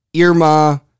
Irma